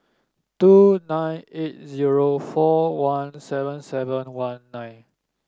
two nine eight zero four one seven seven one nine